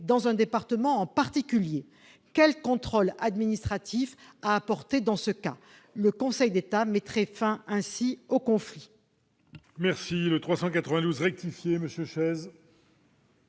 dans un département en particulier ? Quels contrôles administratifs mener dans ce cas ? Le Conseil d'État mettrait ainsi fin au conflit.